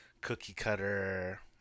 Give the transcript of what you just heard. cookie-cutter